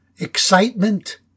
excitement